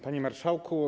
Panie Marszałku!